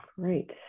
Great